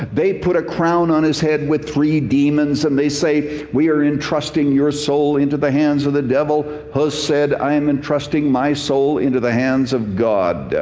they put a crown on his head with three demons. and they say, we are entrusting your soul into the hands of the devil. hus said, i am entrusting my soul into the hands of god.